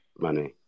Money